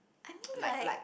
I mean like